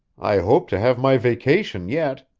i hope to have my vacation yet,